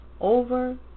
over